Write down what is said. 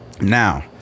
Now